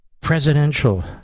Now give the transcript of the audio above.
Presidential